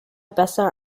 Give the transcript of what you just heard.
besser